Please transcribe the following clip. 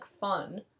fun